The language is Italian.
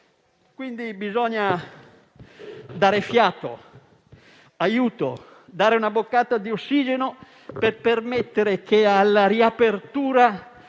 Quindi, bisogna dare fiato e aiuto, dare una boccata di ossigeno, per permettere che, alla riapertura,